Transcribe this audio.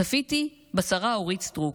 צפיתי בשרה אורית סטרוק,